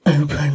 open